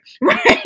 right